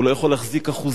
הוא לא יכול להחזיק אחוזה.